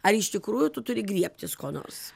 ar iš tikrųjų tu turi griebtis ko nors